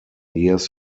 years